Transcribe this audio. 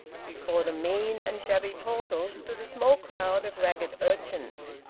before the mean and shabby portals stood a small crowd of ragged urchins.